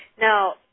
Now